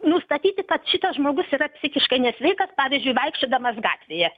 nustatyti kad šitas žmogus yra psichiškai nesveikas pavyzdžiui vaikščiodamas gatvėje